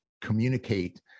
communicate